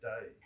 day